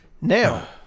Now